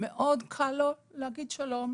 מאוד קל לו להגיד שלום,